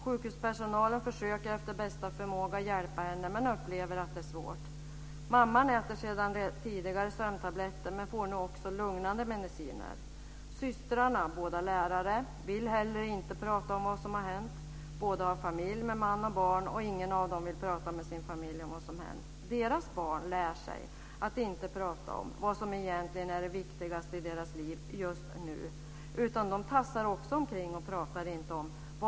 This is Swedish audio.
Sjukhuspersonalen försöker efter bästa förmåga att hjälpa henne, men upplever att det är svårt. Mamman äter sedan tidigare sömntabletter, och får nu också lugnande mediciner. Systrarna, båda lärare, vill heller inte prata om vad som hänt. Båda har familj med man och barn, och ingen av dem vill prata med sin familj om vad som hänt. Deras barn lär sig att inte prata om vad som egentligen är det viktigaste i deras liv just nu, utan de tassar också omkring.